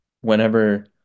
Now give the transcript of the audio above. whenever